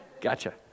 Gotcha